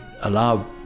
allow